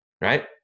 right